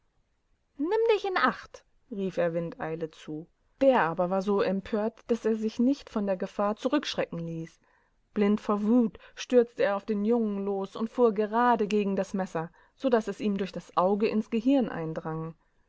nimm dich in acht rief er wind eilezu der aber war so empört daß er sich nicht von der gefahr zurückschrecken ließ blind vor wut stürzte er auf den jungen los und fuhr gerade gegen das messer so daß es ihm durch das auge ins gehirn eindrang